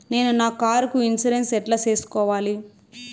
నేను నా కారుకు ఇన్సూరెన్సు ఎట్లా సేసుకోవాలి